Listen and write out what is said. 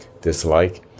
dislike